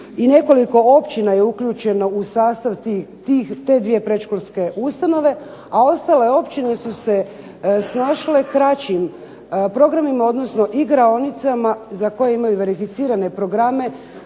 I nekoliko općina je uključeno u sastav te dvije predškolske ustanove a ostale općine su se snašle kraćim programima odnosno igraonicama za koje imaju verificirane programe,